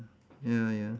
ya ya